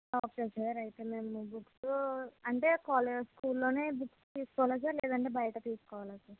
okay sir మేము అయితే books అంటే కాలేజ్ స్కూల్లోనే బుక్స్ తీసుకోవాలా సార్ లేదంటే బయట తీసుకోవాలా సార్